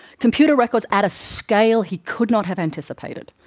computer records, at a scale he couldn't have anticipated,